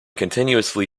continuously